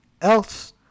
else